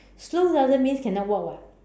slow doesn't mean cannot walk [what]